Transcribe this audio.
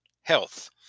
health